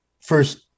first